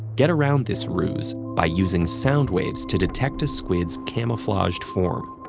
get around this ruse by using sound waves to detect a squid's camouflaged form.